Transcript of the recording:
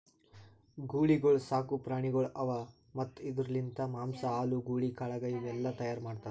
ಗೂಳಿಗೊಳ್ ಸಾಕು ಪ್ರಾಣಿಗೊಳ್ ಅವಾ ಮತ್ತ್ ಇದುರ್ ಲಿಂತ್ ಮಾಂಸ, ಹಾಲು, ಗೂಳಿ ಕಾಳಗ ಇವು ಎಲ್ಲಾ ತೈಯಾರ್ ಮಾಡ್ತಾರ್